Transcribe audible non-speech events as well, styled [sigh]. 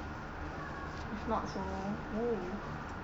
it's not so [noise] [laughs]